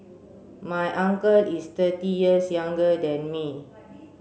my uncle is thirty years younger than me